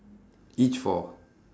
each four